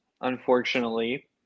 unfortunately